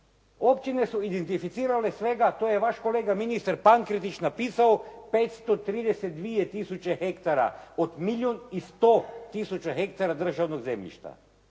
Općine su identificirale svega, to je vaš kolega ministar Pankretić napisao, 532 tisuće hektara od milijun i 100 tisuća hektara državnog zemljišta.